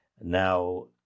now